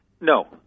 No